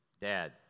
Dad